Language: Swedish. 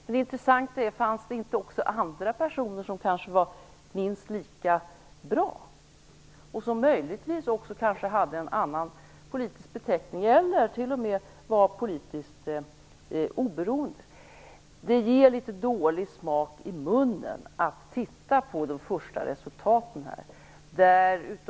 Den intressanta frågan är om det inte också fanns andra personer som kanske är minst lika bra och som möjligen har en annan politisk beteckning eller som t.o.m. är politiskt oberoende. Det ger litet dålig smak i munnen att titta på de första resultaten.